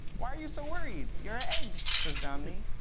why are you so worried? you're an egg, says jomny.